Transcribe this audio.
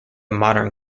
modern